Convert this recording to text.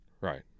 right